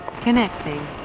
connecting